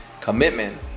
commitment